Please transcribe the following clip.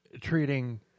treating